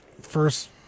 first